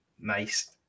Nice